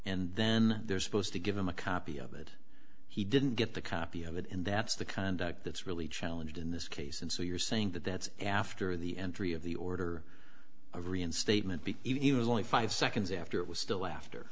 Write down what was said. and then there's supposed to give him a copy of it he didn't get the copy of it and that's the conduct that's really challenged in this case and so you're saying that that's after the entry of the order of reinstatement be even only five seconds after it was still after